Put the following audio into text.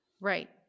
Right